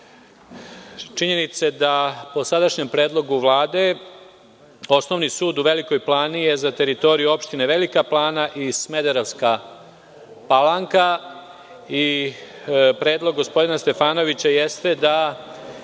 činjenice da po sadašnjem predlogu Vlade, Osnovni sud u Velikoj Plani je za teritoriju opštine Velika Plana i Smederevska Palanka. Predlog gospodina Stefanovića jeste da